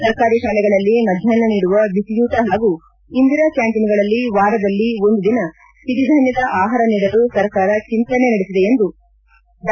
ಸರ್ಕಾರಿ ಶಾಲೆಗಳಲ್ಲಿ ಮಧ್ಯಾಷ್ನ ನೀಡುವ ಬಿಸಿಯೂಟ ಹಾಗೂ ಇಂದಿರಾ ಕ್ಯಾಂಟನ್ಗಳಲ್ಲಿ ವಾರದಲ್ಲಿ ಒಂದು ದಿನ ಸಿರಿಧಾನ್ವದ ಆಹಾರ ನೀಡಲು ಸರ್ಕಾರ ಚಿಂತನೆ ನಡೆಸಿದೆ ಎಂದು ಸಹ ಡಾ